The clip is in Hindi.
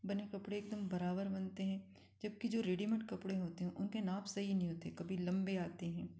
बने कपड़े एकदम बारबर बनते हैं जबकि जो रेडी मेड कपड़े होते हैं उनके नाप सही नहीं होती कभी लंबे आते हैं